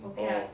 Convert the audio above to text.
orh